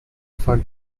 fun